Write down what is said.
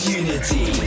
unity